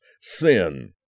Sin